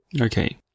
Okay